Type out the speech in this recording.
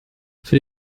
für